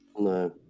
No